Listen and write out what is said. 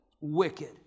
wicked